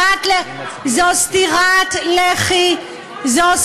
ביטלנו את הפשרה.